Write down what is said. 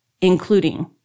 including